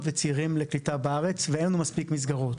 וצעירים לקליטה בארץ ואין לנו מספיק מסגרות.